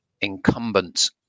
incumbent